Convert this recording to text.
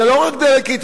זה לא רק דה-לגיטימציה,